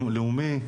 לאומי,